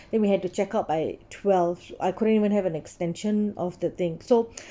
then we had to check out by twelve I couldn't even have an extension of the thing so